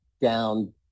down